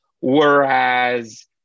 whereas